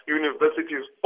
universities